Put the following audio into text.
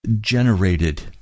generated